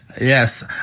Yes